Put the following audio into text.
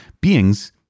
beings